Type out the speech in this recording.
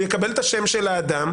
הוא יקבל את השם של האדם,